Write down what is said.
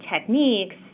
techniques